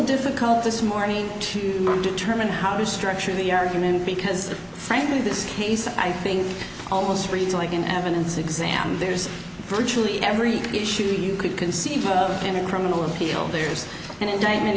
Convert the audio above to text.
difficult this morning to determine how to structure the argument because frankly this case i think almost reads like an evidence exam there's virtually every issue you could conceive of in a criminal appeal there's an indictment